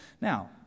Now